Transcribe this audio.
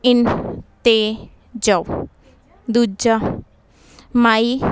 ਇਨ 'ਤੇ ਜਾਉ ਦੂਜਾ ਮਾਈ